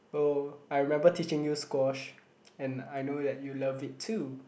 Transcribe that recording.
oh I remember teaching you squash and I know that you love it too